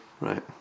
Right